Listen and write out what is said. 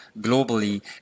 globally